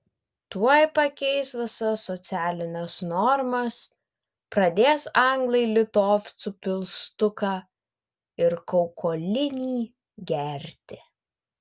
tuoj pakeis visas socialines normas pradės anglai litovcų pilstuką ir kaukolinį gerti